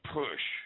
push